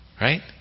Right